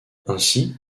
ainsi